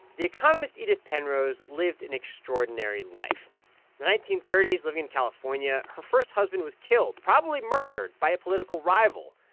the economist edith penrose lived an extraordinary life. in the nineteen thirty s, living in california, her first husband was killed, probably murdered by a political rival.